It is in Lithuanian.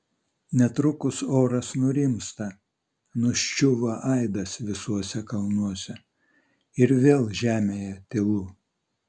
netrukus oras nurimsta nuščiūva aidas visuose kalnuose ir vėl žemėje tylu